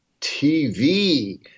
TV